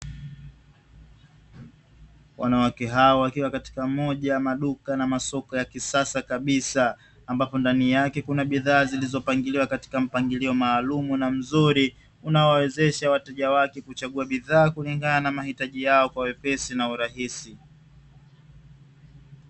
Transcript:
Wanawake hao wakiwa katika moja maduka na masoko ya kisasa kabisa ambapo ndani yake kuna bidhaa zilizopangiliwa katika mpangilio maalumu na mzuri, unaowezesha wateja wake kuchagua bidhaa kulingana na mahitaji yao kwa wepesi na urahisi.